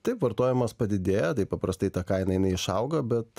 taip vartojimas padidėja tai paprastai ta kaina jinai išauga bet